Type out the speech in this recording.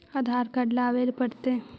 आधार card लाबे पड़तै?